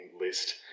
list